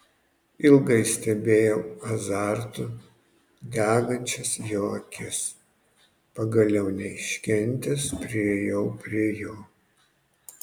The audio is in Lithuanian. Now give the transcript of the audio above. ilgai stebėjau azartu degančias jo akis pagaliau neiškentęs priėjau prie jo